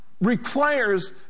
requires